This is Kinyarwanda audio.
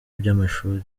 by’amashuri